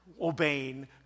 obeying